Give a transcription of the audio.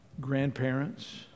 grandparents